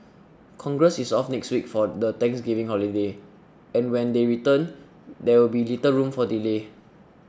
congress is off next week for the Thanksgiving holiday and when they return there will be little room for delay